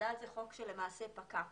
הווד"ל הוא חוק שלמעשה פקע.